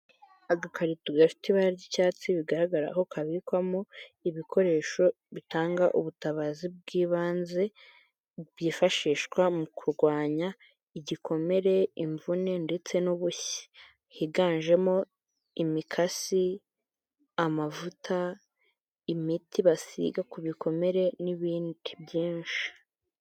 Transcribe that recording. Agakarito gafite ibara ry'icyatsi bigaragara ko kabikwamo ibikoresho bitanga ubutabazi bw'ibanze byifashishwa mu kurwanya igikomere, imvune ndetse n'ubushye, higanjemo imikasi, amavuta, imiti basiga ku bikomere n'ibindi byinshi.